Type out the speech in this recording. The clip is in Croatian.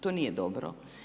To nije dobro.